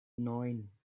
neun